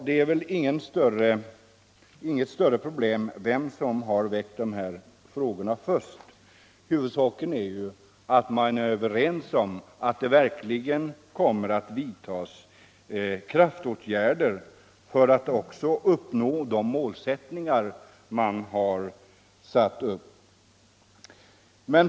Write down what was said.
Det är väl inget större problem vem som först har väckt den frågan, huvudsaken är att vi är överens om att kraftåtgärder verkligen skall tillgripas för att uppnå de mål som man har satt upp.